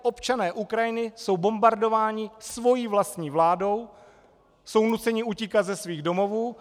Občané Ukrajiny jsou bombardováni svojí vlastní vládou, jsou nuceni utíkat ze svých domovů.